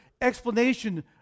explanation